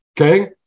okay